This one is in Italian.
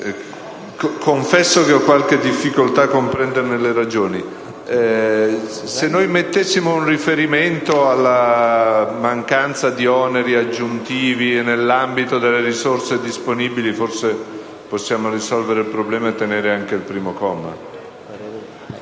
confesso che ho qualche difficolta` a comprendere le ragioni della richiesta. Se mettessimo un riferimento alla mancanza di oneri aggiuntivi e la formula: «nell’ambito delle risorse disponibili», forse potremmo risolvere il problema e mantenere anche il primo comma